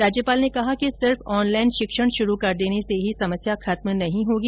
राज्यपाल ने कहा कि सिर्फ ऑनलाइन शिक्षण शुरू कर देने से ही समस्या खत्म नहीं होगी